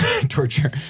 Torture